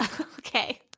Okay